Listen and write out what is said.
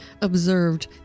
observed